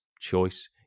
choice